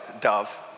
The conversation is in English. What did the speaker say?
dove